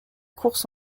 course